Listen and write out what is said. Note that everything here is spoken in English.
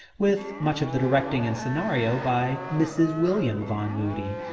with much of the directing and scenario by mrs. william vaughn moody,